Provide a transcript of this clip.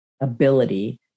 ability